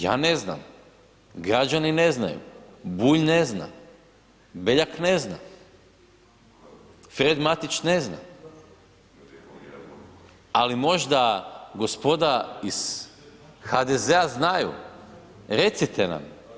Ja ne znam, građani ne znaju, Bulj ne zna, Beljak ne zna, Fred Matić ne zna, ali možda gospoda iz HDZ-a znaju, recite nam.